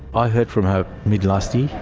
i heard from her mid last year.